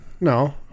No